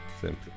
Sempre